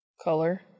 color